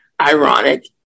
ironic